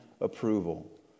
approval